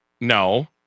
No